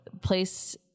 place